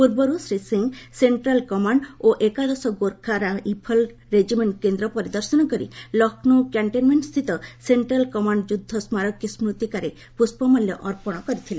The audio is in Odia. ପୂର୍ବରୁ ଶ୍ରୀ ସିଂ ସେଷ୍ଟ୍ରାଲ୍ କମାଣ୍ଡ ଓ ଏକାଦଶ ଗୋର୍ଖା ରାଇଫଲ୍ ରେଜିମେଣ୍ଟ କେନ୍ଦ୍ର ପରିଦର୍ଶନ କରି ଲକ୍ଷ୍ନୌ କ୍ୟାଣ୍ଟନମେଣ୍ଟସ୍ଥିତ ସେଣ୍ଟ୍ରାଲ କମାଣ୍ଡ ଯୁଦ୍ଧ ସ୍କାରକୀ 'ସ୍କୃତିକା'ରେ ପ୍ରୁଷ୍ପମାଲ୍ୟ ଅର୍ପଣ କରିଥିଲେ